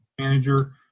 manager